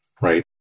right